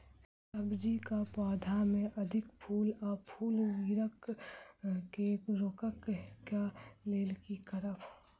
सब्जी कऽ पौधा मे अधिक फूल आ फूल गिरय केँ रोकय कऽ लेल की करब?